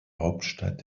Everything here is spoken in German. hauptstadt